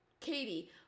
katie